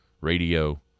Radio